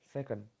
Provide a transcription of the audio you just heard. Second